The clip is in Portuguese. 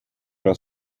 era